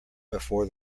before